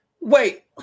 Wait